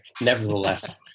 Nevertheless